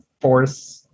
force